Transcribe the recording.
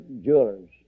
Jewelers